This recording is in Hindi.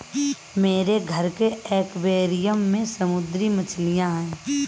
मेरे घर के एक्वैरियम में समुद्री मछलियां हैं